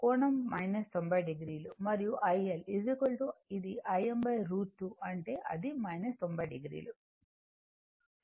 కోణం 90 o మరియు iL ఇది Im√ 2 అంటే అది 90 o